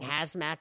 Hazmat